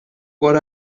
what